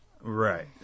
Right